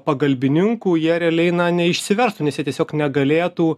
pagalbininkų jie realiai neišsiverstų nes jie tiesiog negalėtų